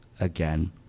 again